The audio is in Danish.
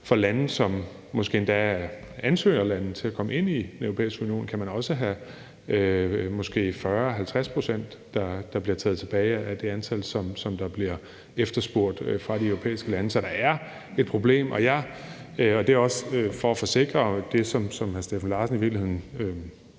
For lande, som måske endda er ansøgerlande til at komme ind i Den Europæiske Union, kan man også have måske 40-50 pct., der bliver taget tilbage, af det antal, der bliver efterspurgt fra de europæiske lande. Så der er et problem. Kl. 16:05 Det er også for at forsikre det, som hr. Steffen Larsen i virkeligheden